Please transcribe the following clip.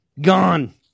gone